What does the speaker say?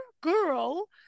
girl